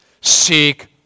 Seek